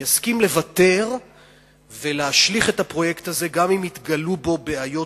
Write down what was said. יסכים לוותר ולהשליך את הפרויקט הזה גם אם יתגלו בו בעיות